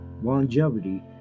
longevity